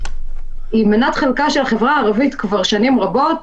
היא מנת חלקה של החברה הערבית כבר שנים רבות,